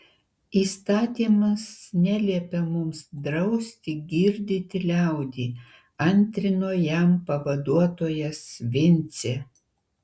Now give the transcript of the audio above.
įstatymas neliepia mums drausti girdyti liaudį antrino jam pavaduotojas vincė